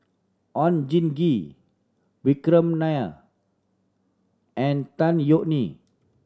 Oon Jin Gee Vikram Nair and Tan Yeok Nee